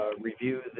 Review